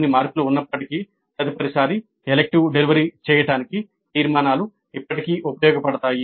కొన్ని మార్పులు ఉన్నప్పటికీ తదుపరిసారి ఎలిక్టివ్ డెలివరీ చేయడానికి తీర్మానాలు ఇప్పటికీ ఉపయోగపడతాయి